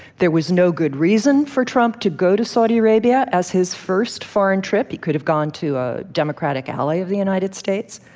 there was no good reason for trump to go to saudi arabia as his first foreign trip. he could have gone to a democratic ally of the united states.